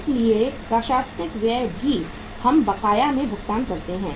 इसलिए प्रशासनिक व्यय भी हम बकाया में भुगतान करते हैं